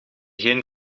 geen